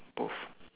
both